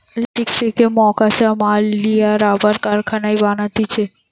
latex থেকে মকাঁচা মাল লিয়া রাবার কারখানায় বানাতিছে